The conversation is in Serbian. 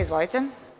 Izvolite.